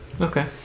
Okay